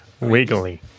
Wiggly